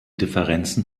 differenzen